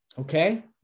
Okay